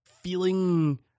feeling